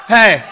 Hey